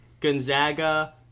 Gonzaga